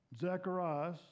Zechariah